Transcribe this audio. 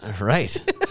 Right